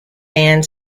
band